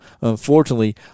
unfortunately